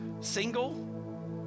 single